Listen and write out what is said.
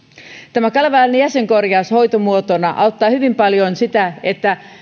tämä kalevalainen jäsenkorjaus hoitomuotona auttaa hyvin paljon siinä että